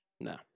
No